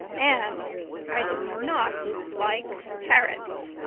and i do not like parrots!